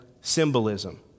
symbolism